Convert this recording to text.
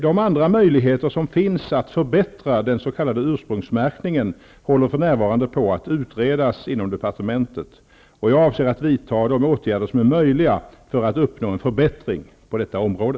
De andra möjligheter som finns att förbättra den s.k. ursprungsmärkningen håller för närvarande på att utredas inom departementet, och jag avser att vidta de åtgärder som är möjliga för att uppnå en förbättring på detta område.